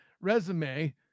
resume